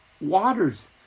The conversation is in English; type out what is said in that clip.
waters